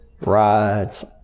rides